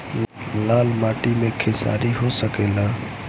लाल माटी मे खेसारी हो सकेला?